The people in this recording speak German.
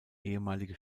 ehemalige